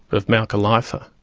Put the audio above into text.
of malka leifer.